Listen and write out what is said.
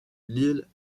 lille